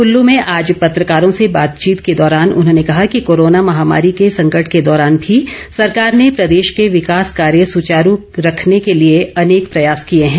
कल्ल में आज पत्रकारों से बातचीत के दौरान उन्होंने कहा कि कोरोना महामारी के संकट के दौरान भी सरकार नें प्रदेश के विकास कार्य सुचारू रखने के लिए अनेक प्रयास किए हैं